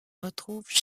retrouvent